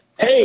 Hey